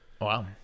Wow